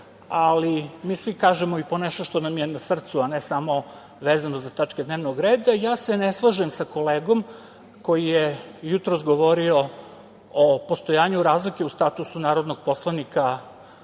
ali mi svi kažemo i po nešto što nam je na srcu, a ne samo vezano za tačke dnevnog reda. Ja se ne slažem sa kolegom koji je jutros govorio o postojanju razlike u statusu narodnog poslanika,